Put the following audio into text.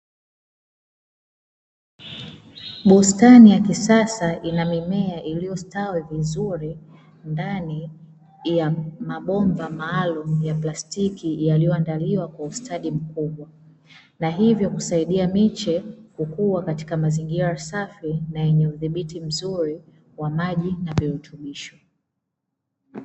Bustani ya kisasa ina mimea iliyostawi vizuri ndani ya mabomba maalumu ya plastiki yaliyoandaliwa kwa ustadi mkubwa na hivyo kusaidia miche kukua katika mazingira safi na inamdhibiti mzuri wa maji na viutumishi.